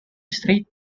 straight